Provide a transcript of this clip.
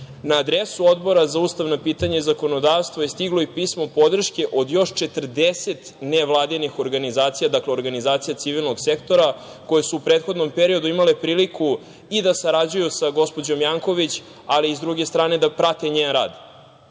adresu Odbora za ustavna pitanja i zakonodavstvo je stiglo i pismo podrške od još 40 nevladinih organizacija, dakle, organizacija civilnog sektora, koje su u prethodnom periodu imale priliku i da sarađuju sa gospođom Janković, ali i, s druge strane, da prate njen rad.